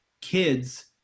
kids